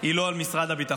היא לא על משרד הביטחון.